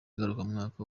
ngarukamwaka